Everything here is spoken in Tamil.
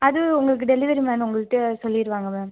அது உங்களுக்கு டெலிவரி மேன் உங்கள்கிட்ட சொல்லிருவாங்க மேம்